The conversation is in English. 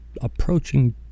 approaching